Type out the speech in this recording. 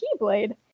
Keyblade